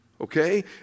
Okay